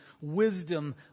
wisdom